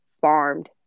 farmed